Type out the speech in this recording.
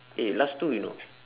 eh last two you know